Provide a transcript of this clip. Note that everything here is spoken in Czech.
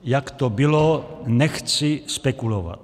Jak to bylo, nechci spekulovat.